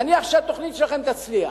נניח שהתוכנית שלכם תצליח.